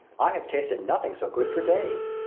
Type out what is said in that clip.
i have tasted nothing so good for days!